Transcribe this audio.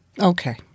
Okay